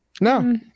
No